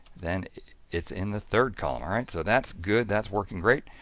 then it's in the third column. alright, so that's good, that's working great.